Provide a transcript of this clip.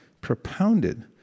propounded